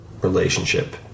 relationship